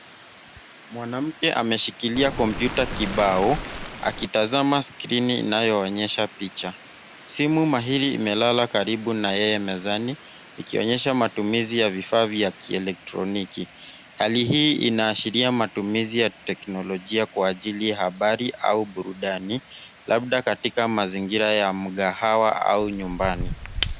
Mwanamke ameshikilia kompyuta kibao akitazama skrini inayoonyesha picha. Simu mahiri imelala karibu na yeye mezani, ikionyesha matumizi ya vifaa vya kielektroniki. Hali hii inaashiria matumizi ya teknolojia kwa ajili wa habari au burudani labda katika mazingira ya mgahawa au nyumbani.